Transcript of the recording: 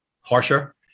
harsher